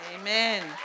Amen